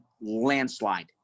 landslide